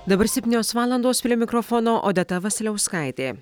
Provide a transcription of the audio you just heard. dabar septynios valandos prie mikrofono odeta vasiliauskaitė